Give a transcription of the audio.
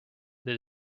that